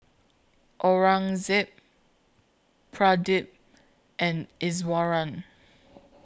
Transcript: Aurangzeb Pradip and Iswaran